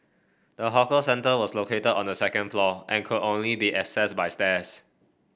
the hawker centre was located on the second floor and could only be access by stairs